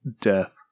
Death